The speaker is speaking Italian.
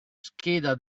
scheda